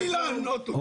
אתה תומך טרור.